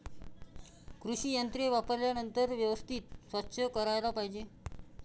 कृषी यंत्रे वापरल्यानंतर व्यवस्थित स्वच्छ करायला पाहिजे